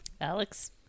Alex